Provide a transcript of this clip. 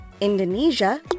Indonesia